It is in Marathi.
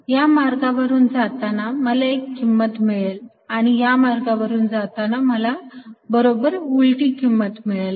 या मार्गावरून जाताना मला एक किंमत मिळेल आणि या मार्गावरून जाताना मला बरोबर उलटी किंमत मिळेल